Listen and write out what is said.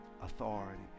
authority